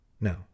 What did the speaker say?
No